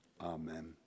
Amen